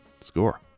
score